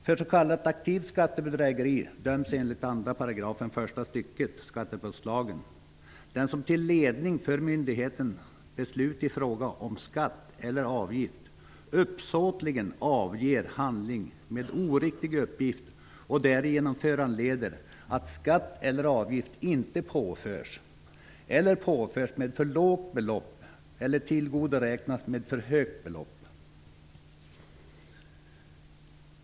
För s.k. aktivt skattebedrägeri döms enligt 2 § första stycket skattebrottslagen den som till ledning för myndighetens beslut i fråga om skatt eller avgift uppsåtligen avger handling med oriktig uppgift och därigenom föranleder att skatt eller avgift inte påförs, påförs med för lågt belopp eller tillgodoräknas med för högt belopp.